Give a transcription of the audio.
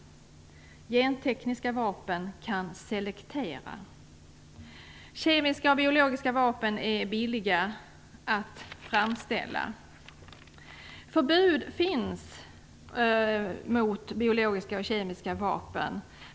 Gentekniska vapen kan selektera. Kemiska och biologiska vapen är billiga att framställa. Förbud finns mot kemiska och biologiska vapen.